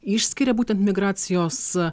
išskiria būtent migracijos